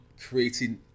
creating